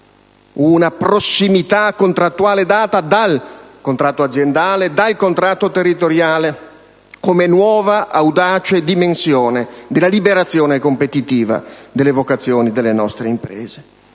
Una prossimità contrattuale data dal contratto aziendale, dal contratto territoriale come nuova, audace dimensione della liberazione competitiva, delle vocazioni delle nostre imprese.